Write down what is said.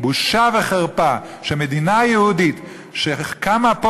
בושה וחרפה שמדינה יהודית שקמה פה